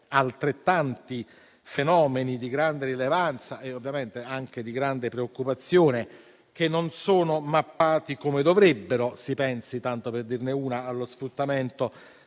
altrettanti fenomeni di grande rilevanza e anche preoccupazione che non sono mappati come dovrebbero. Si pensi, tanto per dirne uno, allo sfruttamento